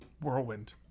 Whirlwind